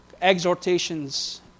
exhortations